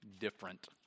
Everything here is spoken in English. different